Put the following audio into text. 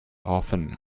often